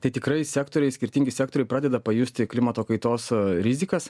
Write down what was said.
tai tikrai sektoriai skirtingi sektoriai pradeda pajusti klimato kaitos rizikas